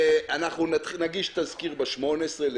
הכל תלוי בשימוש המשתמש עצמו.